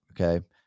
Okay